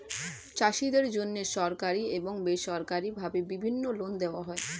চাষীদের জন্যে সরকারি এবং বেসরকারি ভাবে বিভিন্ন লোন দেওয়া হয়